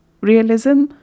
realism